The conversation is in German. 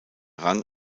rang